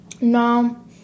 no